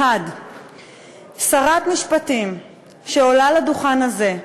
1. שרת משפטים שעולה לדוכן הזה,